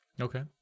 Okay